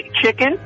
chicken